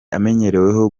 amenyereweho